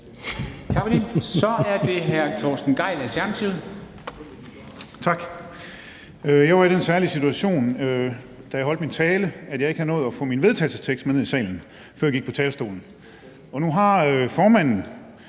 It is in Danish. Jeg var i den særlige situation, da jeg holdt min tale, at jeg ikke havde nået at få min vedtagelsestekst med ned i salen, før jeg gik på talerstolen. Nu har formanden